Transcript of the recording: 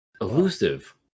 Elusive